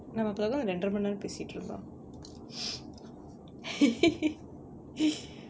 நம்ம அப்பதெல்லா ரென்ற மணி நேரம் பேசிட்டு இருந்தோம்:namma appathella rendra mani neram pesittu irunthom